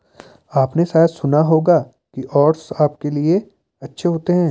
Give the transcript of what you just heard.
आपने शायद सुना होगा कि ओट्स आपके लिए अच्छे होते हैं